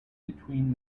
between